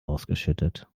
ausgeschüttet